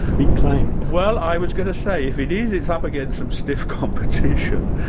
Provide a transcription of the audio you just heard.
big claim. well i was going to say, if it is, it's up against some stiff competition.